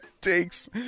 takes